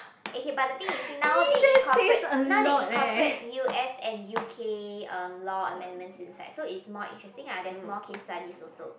okay but the thing is now they incorporate now they incorporate U_S and U_K um law amendments inside so it's more interesting ah there's more case studies also